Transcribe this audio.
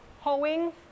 hoeing